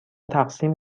تقسیم